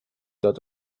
dot